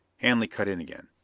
hanley cut in again.